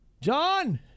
John